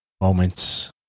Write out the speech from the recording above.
moments